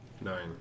Nine